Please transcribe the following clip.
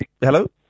Hello